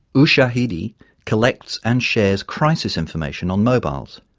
ushahidi collects and shares crisis information on mobiles.